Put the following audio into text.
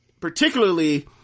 Particularly